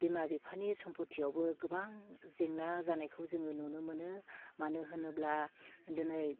बिमा बिफानि सम्फथियावबो गोबां जेंना जानायखौ जोङो नुनो मोनो मानो होनोब्ला दिनै